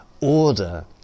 Order